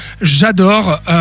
j'adore